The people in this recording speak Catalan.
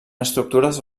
estructures